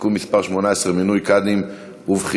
(תיקון מס' 18) (מינוי קאדים ובחירתם).